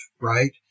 right